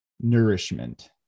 nourishment